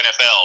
NFL